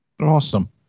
Awesome